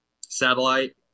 satellite